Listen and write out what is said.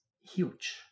huge